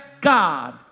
God